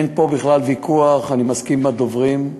אין פה בכלל ויכוח, אני מסכים עם הדוברים,